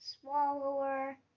swallower